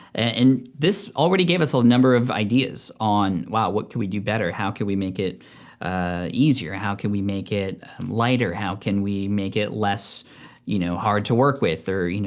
and this already gave us a number of ideas on, wow, what could we do better? how can we make it easier? how can we make it lighter? how can we make it less you know hard to work with or you know